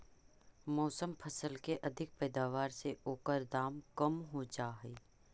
मौसमी फसल के अधिक पैदावार से ओकर दाम कम हो जाऽ हइ